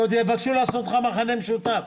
עוד יבקשו לעשות ממך מכנה משותף...